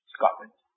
Scotland